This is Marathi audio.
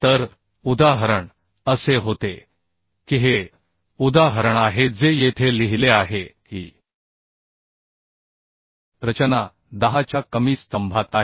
तर उदाहरण असे होते की हे उदाहरण आहे जे येथे लिहिले आहे की रचना 10 च्या कमी स्तंभात आहे